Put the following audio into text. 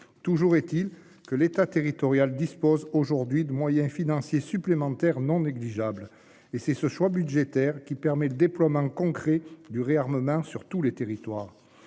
Toujours est-il que l'État territorial dispose aujourd'hui de moyens financiers supplémentaires non négligeables et c'est ce choix budgétaires qui permet le déploiement concret du réarmement sur tous les territoires.